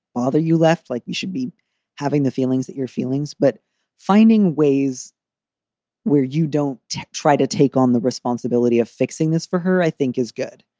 ah you left like you should be having the feelings that your feelings, but finding ways where you don't try to take on the responsibility of fixing this for her i think is good.